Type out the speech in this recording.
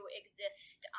exist